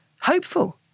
hopeful